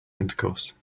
intercourse